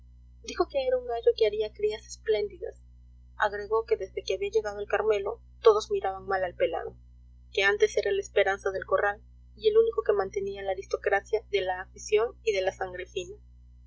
dijo que era un gallo que haría crías espléndidas agregó que desde que había llegado el carmelo todos miraban mal al pelado que anteas era la esperanza del corral y el único que mantenía la aristocracia de la afición y de la sangre fina